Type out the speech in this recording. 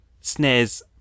snares